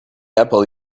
apple